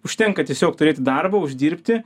užtenka tiesiog turėti darbą uždirbti